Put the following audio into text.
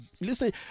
Listen